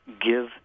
give